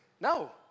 No